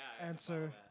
answer